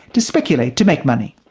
to speculate, to make money.